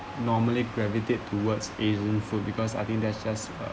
normally gravitate towards asian food because I think that's just uh